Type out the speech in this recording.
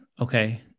Okay